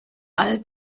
all